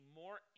more